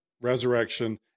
resurrection